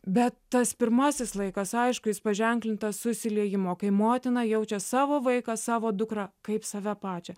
bet tas pirmasis laikas aišku jis paženklintas susiliejimo kai motina jaučia savo vaiką savo dukrą kaip save pačią